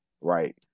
right